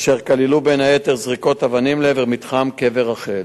אשר כללו בין היתר זריקות אבנים לעבר מתחם קבר רחל.